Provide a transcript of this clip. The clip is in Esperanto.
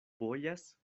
bojas